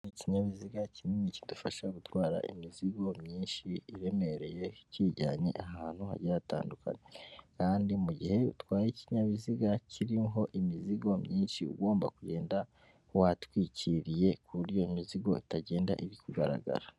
Ikinyabiziga kinini kidufasha gutwara imizigo myinshi iremereye kiyijyanye ahantu hajya hatandukanye, kandi mu gihe utwaye ikinyabiziga kiho imizigo myinshi ugomba kugenda watwikiriye ku buryo imizigo itagenda iri kugaragara.